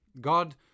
God